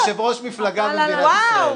את יושב-ראש מפלגה במדינת ישראל.